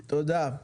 תודה.